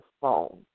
phone